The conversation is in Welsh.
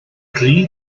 dri